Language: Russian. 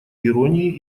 иронии